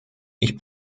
ich